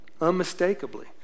unmistakably